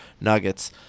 Nuggets